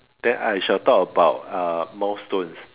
then I shall talk about uh milestones